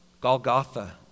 Golgotha